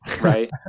right